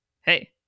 Hey